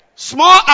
Small